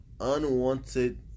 unwanted